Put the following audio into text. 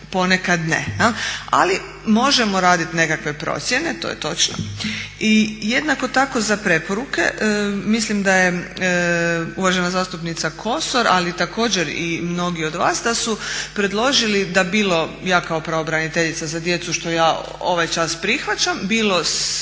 ponekad ne. Ali možemo raditi nekakve procjene, to je točno. Jednako tako za preporuke mislim da je uvažena zastupnica Kosor ali također i mnogi od vas da su predložili da bilo ja kao pravobraniteljica za djecu, što ja ovaj čas prihvaćam, bilo sve